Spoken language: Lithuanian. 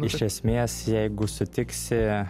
iš esmės jeigu sutiksi